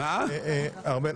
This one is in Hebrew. ארבל,